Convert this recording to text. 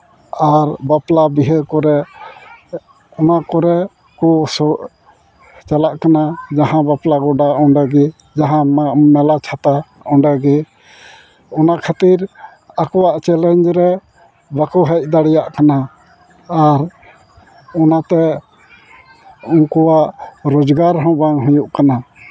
ᱟᱨ ᱵᱟᱯᱞᱟ ᱵᱤᱦᱟᱹ ᱠᱚᱨᱮ ᱚᱱᱟ ᱠᱚᱨᱮ ᱠᱚ ᱥᱚᱜ ᱪᱟᱞᱟᱜ ᱠᱟᱱᱟ ᱡᱟᱦᱟᱸ ᱵᱟᱯᱞᱟ ᱜᱚᱰᱟ ᱚᱸᱰᱮ ᱜᱮ ᱡᱟᱦᱟᱱᱟᱜ ᱢᱮᱞᱟ ᱪᱷᱟᱛᱟ ᱚᱸᱰᱮ ᱜᱮ ᱚᱱᱟ ᱠᱷᱟᱹᱛᱤᱨ ᱟᱠᱚᱣᱟᱜ ᱪᱮᱞᱮᱡᱽ ᱨᱮ ᱵᱟᱠᱚ ᱦᱮᱡ ᱫᱟᱲᱮᱭᱟᱜ ᱠᱟᱱᱟ ᱟᱨ ᱚᱱᱟᱛᱮ ᱩᱱᱠᱩᱭᱟᱜ ᱨᱳᱡᱽᱜᱟᱨ ᱦᱚᱸ ᱵᱟᱝ ᱦᱩᱭᱩᱜ ᱠᱟᱱᱟ